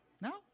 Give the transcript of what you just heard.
No